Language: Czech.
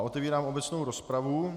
Otevírám obecnou rozpravu.